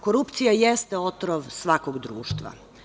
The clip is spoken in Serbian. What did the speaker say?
Korupcija jeste otrov svakog društva.